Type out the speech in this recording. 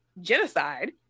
genocide